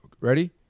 Ready